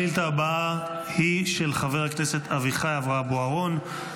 השאילתה הבאה היא של חבר הכנסת אביחי אברהם בוארון,